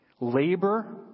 Labor